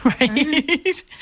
Right